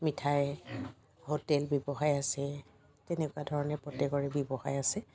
মিঠাই হোটেল ব্যৱসায় আছে তেনেকুৱা ধৰণে প্ৰত্যেকৰে ব্যৱসায় আছে